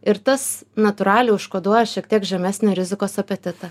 ir tas natūraliai užkoduoja šiek tiek žemesnį rizikos apetitą